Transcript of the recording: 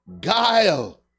guile